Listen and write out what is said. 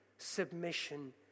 submission